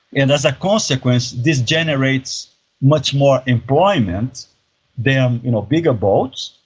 and as a consequence this generates much more employment than you know bigger boats,